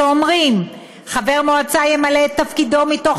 שאומרים: חבר מועצה ימלא את תפקידו מתוך